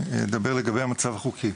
המצב החוקי: